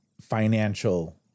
financial